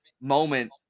moment